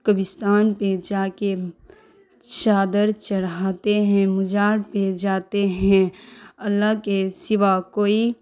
قبرستان پہ جا کے چادر چڑھاتے ہیں مزار پہ جاتے ہیں اللہ کے سوا کوئی